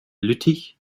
lüttich